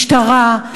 משטרה,